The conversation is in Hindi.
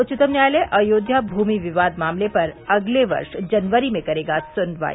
उच्चतम न्यायालय अयोध्या भूमि विवाद मामले पर अगले वर्ष जनवरी में करेगा सुनवाई